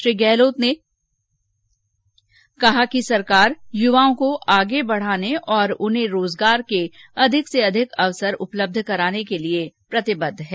उन्होंने कहा कि सरकार युवाओं को आगे बढाने और उन्हें रोजगार के अधिक से अधिक अवसर उपलब्ध करवाने के लिए प्रतिबद्ध है